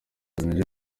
niger